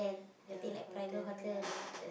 ya hotel ya